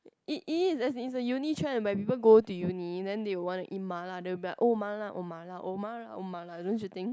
it is as is a uni trend buy people go to uni then they will want to eat ma-la they'll be like oh ma-la oh ma-la oh ma-la oh ma-la don't you think